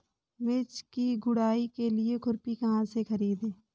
मिर्च की गुड़ाई के लिए खुरपी कहाँ से ख़रीदे?